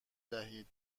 دهید